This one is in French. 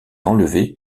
enlevé